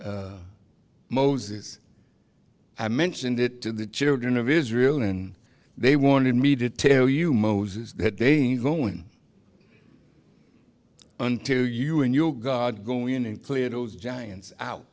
told moses i mentioned it to the children of israel and they wanted me to tell you moses that they ain't going unto you and your god go in and clear those giants out